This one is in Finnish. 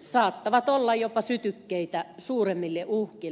saattavat olla jopa sytykkeitä suuremmille uhkille